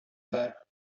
faire